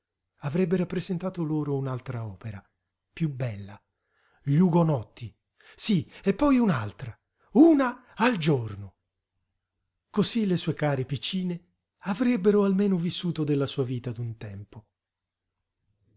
avrebbe rappresentato loro un'altra opera piú bella gli ugonotti sí e poi un'altra una al giorno cosí le sue care piccine avrebbero almeno vissuto della sua vita d'un tempo